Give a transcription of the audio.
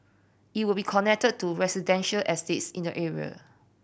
it will be connected to residential estates in the area